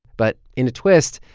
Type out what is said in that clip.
but in a twist,